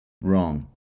Wrong